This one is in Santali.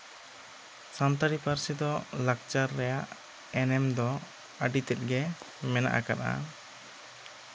ᱥᱟᱱᱛᱟᱲᱤ ᱯᱟᱹᱨᱥᱤ ᱫᱚ ᱞᱟᱠᱪᱟᱨ ᱨᱮᱭᱟᱜ ᱮᱱᱮᱢ ᱫᱚ ᱟᱹᱰᱤ ᱛᱮᱫ ᱜᱮ ᱢᱚᱱᱟᱜ ᱟᱠᱟᱫᱼᱟ